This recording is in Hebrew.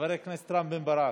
חבר הכנסת רם בן ברק,